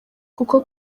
kuko